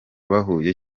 bahuye